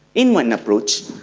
in one approach,